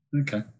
Okay